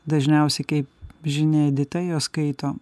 dažniausiai kaip žyniai edita juos skaito